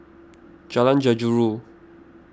Jalan Jeruju